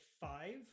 five